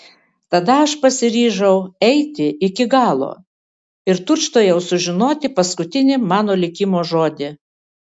tada aš pasiryžau eiti iki galo ir tučtuojau sužinoti paskutinį mano likimo žodį